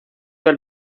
del